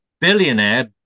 Billionaire